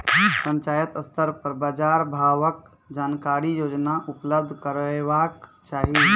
पंचायत स्तर पर बाजार भावक जानकारी रोजाना उपलब्ध करैवाक चाही?